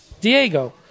Diego